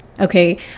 okay